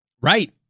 Right